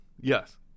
Yes